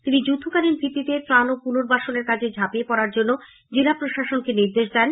তিনি যুদ্ধকালীন ভিত্তিতে ত্রাণ ও পুনর্বাসনের কাজে ঝাঁপিয়ে পড়ার জন্য জেলা প্রশাসনকে নির্দেশ দিয়েছেন